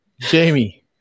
Jamie